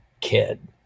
kid